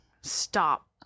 stop